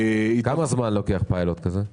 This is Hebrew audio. כמה זמן לוקח פיילוט כזה?